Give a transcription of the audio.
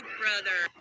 brother